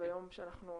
והיום שאנחנו,